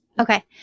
Okay